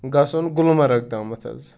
گژھُں گُلمرگ تامَتھ حظ